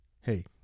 hey